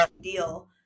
deal